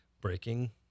Breaking